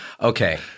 Okay